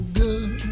good